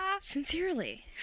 Sincerely